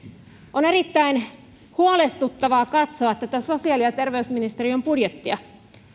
on erittäin huolestuttavaa katsoa tätä sosiaali ja terveysministeriön budjettia